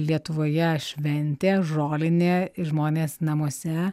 lietuvoje šventė žolinė žmonės namuose